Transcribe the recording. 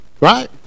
right